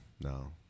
No